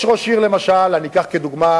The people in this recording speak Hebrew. יש ראש עיר, למשל, בכפר-קאסם,